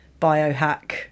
biohack